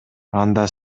анда